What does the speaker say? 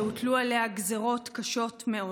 שהוטלו עליה גזרות קשות מאוד.